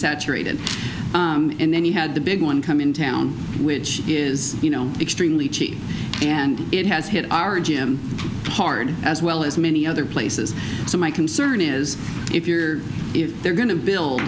saturated and then you had the big one come in town which is you know extremely cheap and it has hit him hard as well as many other places so my concern is if you're if they're going to build